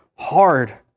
Hard